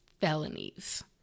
felonies